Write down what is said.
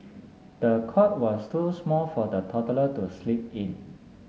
the cot was too small for the toddler to sleep in